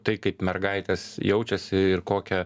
tai kaip mergaitės jaučiasi ir kokią